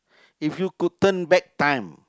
if you go turn back time